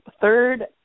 third